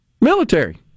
military